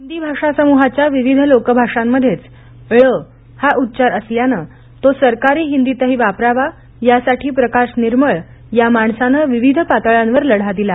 हिंदी भाषा समुहाच्या विविध लोकभाषांमध्येच ळ हा उच्चार असल्यानं तो सरकारी हिंदीतही वापरावा यासाठी प्रकाश निर्मळ या माणसानं विविध पातळ्यांवर लढा दिला